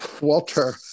walter